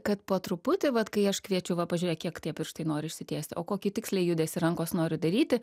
kad po truputį vat kai aš kviečiu va pažiūrėk kiek tie pirštai nori išsitiesti o kokį tiksliai judesį rankos noriu daryti